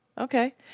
Okay